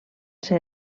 ser